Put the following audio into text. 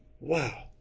Wow